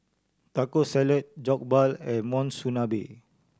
Taco Salad Jokbal and Monsunabe